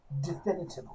definitively